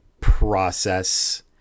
process